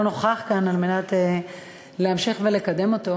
נוכח כאן על מנת להמשיך ולקדם אותו.